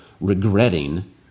regretting